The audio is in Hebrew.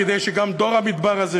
כדי שגם דור המדבר הזה,